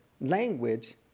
language